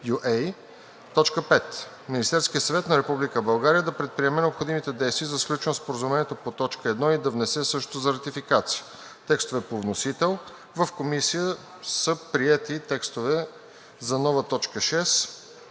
UA). 5. Министерският съвет на Република България да предприеме необходимите действия по сключване на Споразумението по т. 1 и да внесе същото за ратификация.“ Текстове по вносител. В Комисията са приети текстове за нови точка 6